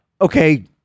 Okay